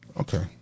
Okay